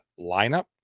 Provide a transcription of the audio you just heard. lineup